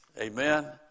Amen